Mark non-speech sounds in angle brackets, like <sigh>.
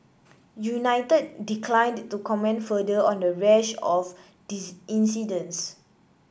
united declined to comment further on the rash of <unintelligible> incidents